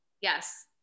Yes